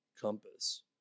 compass